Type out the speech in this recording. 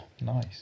Nice